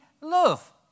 love